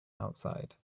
outside